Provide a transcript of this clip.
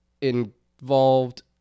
involved